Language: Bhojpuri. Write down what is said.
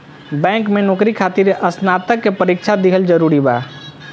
बैंक में नौकरी खातिर स्नातक के परीक्षा दिहल जरूरी बा?